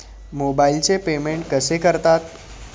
मोबाइलचे पेमेंट कसे करतात?